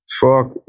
Fuck